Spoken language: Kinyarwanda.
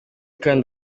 kind